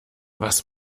was